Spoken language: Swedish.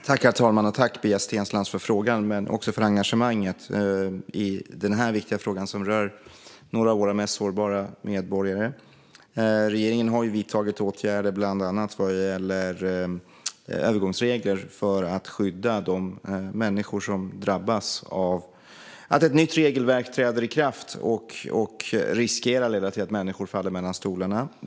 Herr talman! Jag tackar Pia Steensland för frågan och för engagemanget för några av våra mest sårbara medborgare. Regeringen har bland annat infört övergångsregler för att skydda de människor som riskerar att falla mellan stolarna när ett nytt regelverk träder i kraft.